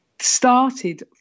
started